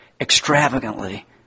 extravagantly